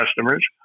customers